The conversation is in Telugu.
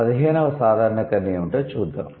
పదిహేనవ సాధారణీకరణ ఏమిటో చూద్దాం